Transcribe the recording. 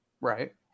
Right